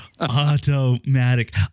Automatic